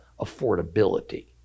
affordability